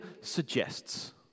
suggests